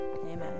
amen